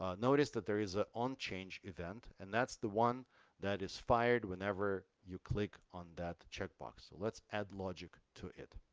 ah notice that there is an unchanged event and that's the one that is fired whenever you click on that check box. so let's add logic to it.